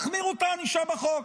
תחמירו את הענישה בחוק.